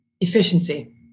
efficiency